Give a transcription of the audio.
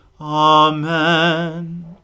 Amen